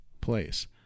place